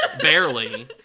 Barely